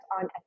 on